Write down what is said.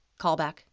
Callback